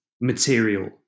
material